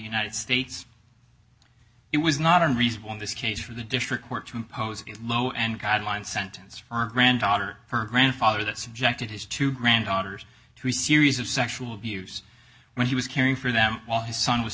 united states it was not unreasonable in this case for the district court to impose a low and guideline sentence for a granddaughter her grandfather that subjected his two granddaughters to series of sexual abuse when he was caring for them while his son was